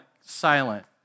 silent